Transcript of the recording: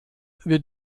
wir